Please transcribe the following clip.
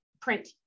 print